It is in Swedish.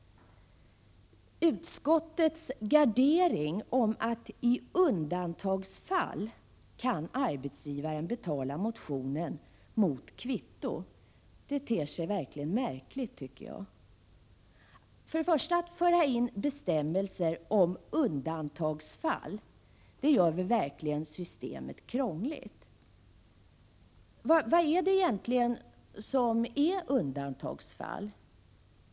Utskottets gardering, att arbetsgivaren i undantagsfall kan betala motionen mot kvitto, ter sig märklig, tycker jag. Att föra in bestämmelser om undantagsfall gör verkligen systemet krångligt. Vad är det egentligen som är undantagsfall?